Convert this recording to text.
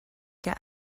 get